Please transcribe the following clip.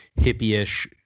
hippie-ish